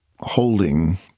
holding